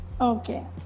Okay